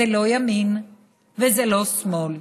זה לא ימין וזה לא שמאל.